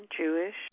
Jewish